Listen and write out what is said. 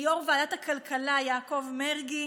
ליו"ר ועדת הכלכלה יעקב מרגי,